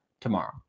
tomorrow